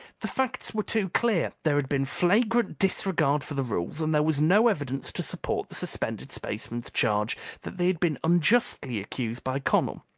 the facts were too clear. there had been flagrant disregard for the rules and there was no evidence to support the suspended spacemen's charge that they had been unjustly accused by connel.